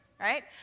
right